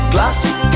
Classic